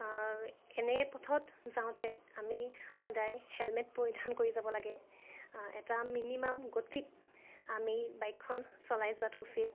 এনে পথত যাওঁতে আমি সদায় হেলমেট পৰিধান কৰি যাব লাগে এটা মিনিমাম গতিত আমি বাইকখন চলাই যোৱাটো উচিত